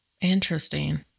Interesting